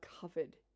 covered